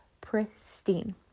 pristine